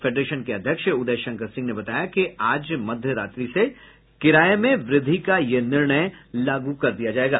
federation के अध्यक्ष उदय शंकर सिंह ने बताया कि आज मध्य रात्रि से किराये में वृद्धि का निर्णय लागू कर दिया जायेगा